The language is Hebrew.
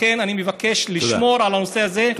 לכן, אני מבקש לשמור על הנושא הזה.